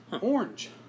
Orange